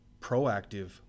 proactive